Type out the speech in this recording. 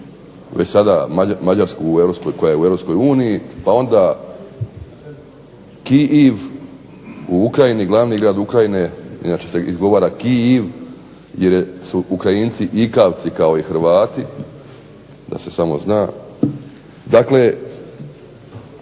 već sada Mađarsku koja je u europskoj uniji pa onda Kijev u Ukrajini, glavni grad Ukrajine, inače se izgovara Kiiv jer su Ukrajinci njikavci kao i Hrvati, da se samo zna. Dakle,